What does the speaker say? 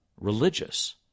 religious